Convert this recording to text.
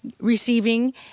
receiving